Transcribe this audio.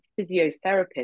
physiotherapist